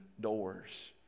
doors